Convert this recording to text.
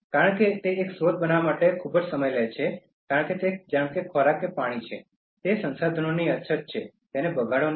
કારણ કે એક સ્રોત બનવા માટે તે ખૂબ જ સમય લે છે કારણ કે તે ખોરાક હોય કે પાણી હોય સંસાધનોની અછત છે બગાડો નહીં